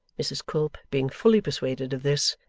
mrs quilp being fully persuaded of this,